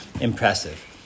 impressive